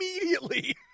immediately